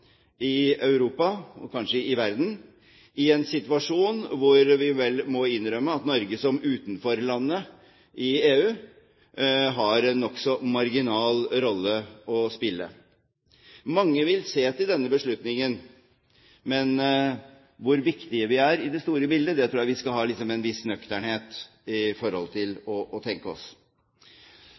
i en situasjon der vi vel må innrømme at Norge som utenforland i EU har en nokså marginal rolle å spille. Mange vil se til denne beslutningen, men hvor viktige vi er i det store bildet, tror jeg vi skal ha en viss nøkternhet